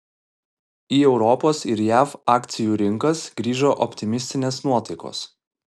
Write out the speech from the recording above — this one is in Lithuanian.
į europos ir jav akcijų rinkas grįžo optimistinės nuotaikos